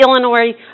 Illinois